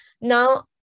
now